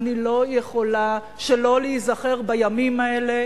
ואני לא יכולה שלא להיזכר בימים האלה